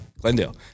Glendale